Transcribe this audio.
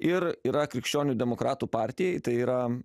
ir yra krikščionių demokratų partijai tai yra